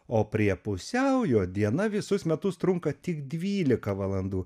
o prie pusiaujo diena visus metus trunka tik dvylika valandų